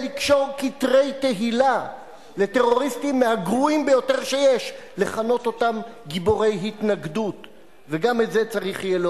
חבר הכנסת מג'אדלה, שמענו אותך וגם את חברת